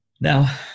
Now